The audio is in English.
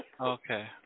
Okay